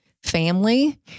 family